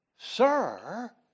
sir